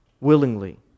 Willingly